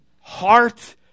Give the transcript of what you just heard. heart